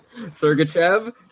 sergachev